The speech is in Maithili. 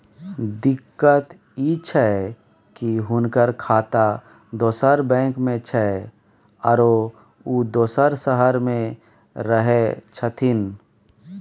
दिक्कत इ छै की हुनकर खाता दोसर बैंक में छै, आरो उ दोसर शहर में रहें छथिन